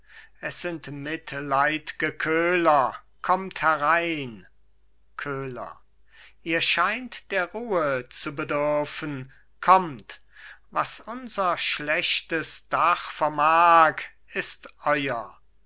es sind mitleidge köhler kommt herein köhler ihr scheint der ruhe zu bedürfen kommt was unser schlechtes dach vermag ist euer